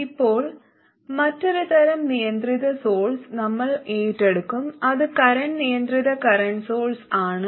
ഇപ്പോൾ മറ്റൊരു തരം നിയന്ത്രിത സോഴ്സ് നമ്മൾ ഏറ്റെടുക്കും അത് കറന്റ് നിയന്ത്രിത കറന്റ് സോഴ്സ് ആണ്